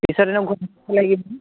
পিছত এনেও